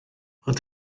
ond